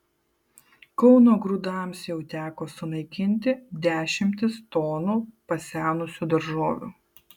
kauno grūdams jau teko sunaikinti dešimtis tonų pasenusių daržovių